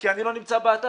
כי אני לא נמצא באתר.